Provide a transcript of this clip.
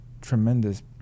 tremendous